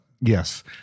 Yes